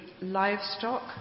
livestock